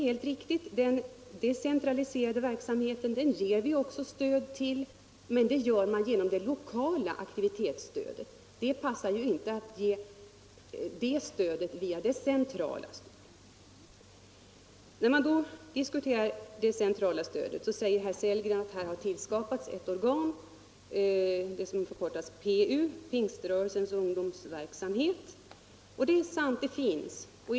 Även den decentraliserade verksamheten ger vi stöd till, men det sker genom det lokala aktivitetsstödet. Det passar inte att ge det stödet via det centrala stödet. När man diskuterar det centrala stödet säger herr Sellgren att det har tillskapats ett organ, PU — Pingströrelsens ungdomsverksamhet — och det är riktigt.